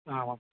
आमां